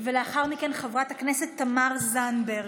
אינו נוכח, חבר הכנסת סעיד אלחרומי,